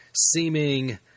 seeming